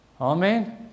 Amen